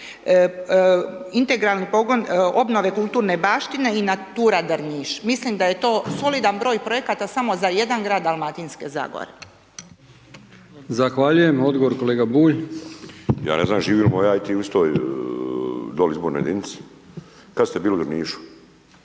integralni pogon obnove kulturne baštine i Natura Drniš, mislim da je to solidan broj projekata samo za jedan grad Dalmatinske zagore. **Brkić, Milijan (HDZ)** Zahvaljujem. Odgovor kolega Bulj. **Bulj, Miro (MOST)** Ja ne znam živimo ja i ti u istoj doli izbornoj jedinici? Kad ste bili u Drnišu?